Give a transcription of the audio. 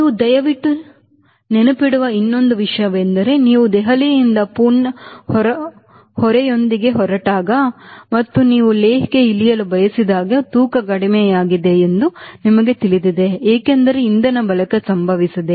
ನೀವು ದಯವಿಟ್ಟು ನೆನಪಿಡುವ ಇನ್ನೊಂದು ವಿಷಯವೆಂದರೆ ನೀವು ದೆಹಲಿಯಿಂದ ಪೂರ್ಣ ಹೊರೆಯೊಂದಿಗೆ ಹೊರಟಾಗ ಮತ್ತು ನೀವು ಲೇಹ್ಗೆ ಇಳಿಯಲು ಬಯಸಿದಾಗ ತೂಕ ಕಡಿಮೆಯಾಗಿದೆ ಎಂದು ನಿಮಗೆ ತಿಳಿದಿದೆ ಏಕೆಂದರೆ ಇಂಧನ ಬಳಕೆ ಸಂಭವಿಸಿದೆ